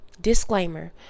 disclaimer